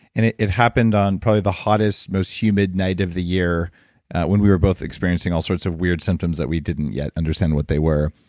and it it happened on probably the hottest, most humid night of the year when we were both experiencing all sorts of weird symptoms that we didn't yet understand what they were.